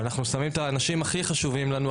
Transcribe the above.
אנחנו שמים את האנשים הכי חשובים לנו,